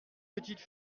petite